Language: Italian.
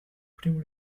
primo